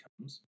comes